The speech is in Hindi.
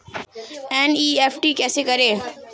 एन.ई.एफ.टी कैसे करें?